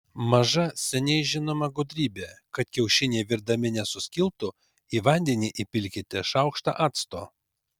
maža seniai žinoma gudrybė kad kiaušiniai virdami nesuskiltų į vandenį įpilkite šaukštą acto